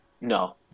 No